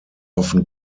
often